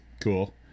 cool